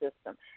system